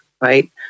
right